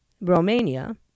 Romania